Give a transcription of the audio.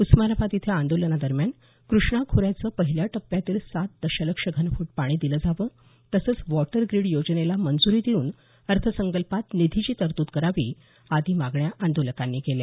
उस्मानाबाद इथं आंदोलनादरम्यान क्रष्णा खोऱ्याचं पहिल्या टप्प्यातील सात दशलक्ष घनफूट पाणी दिलं जावं तसंच वॉटर ग्रीड योजनेला मंजूरी देऊन अर्थसंकल्पात निधीची तरतूद करावी आदी मागण्या आंदोलकांनी केल्या